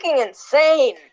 insane